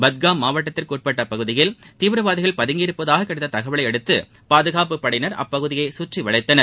பட்காம் மாவட்டத்திற்குட்பட்டபகுதியில் தீவிரவாதிகள் பதுங்கியிருப்பதாககிடைத்ததகவலைஅடுத்துபாதுகாப்பு படையினர் அப்பகுதியைசுற்றிவலைத்தனர்